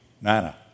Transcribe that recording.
Nana